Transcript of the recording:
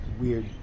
weird